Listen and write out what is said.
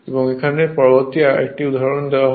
এখন এখানে এটি পরবর্তী আরেকটি উদাহরণ দেওয়া হল